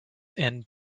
and